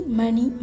money